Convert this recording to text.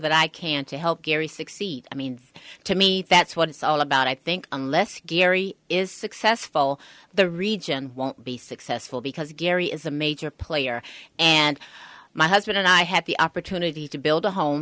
that i can to help gary succeed i mean to me that's what it's all about i think unless gary is successful the region won't be successful because gary is a major player and my husband and i have the opportunity to build a home